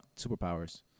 superpowers